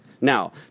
Now